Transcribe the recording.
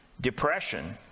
depression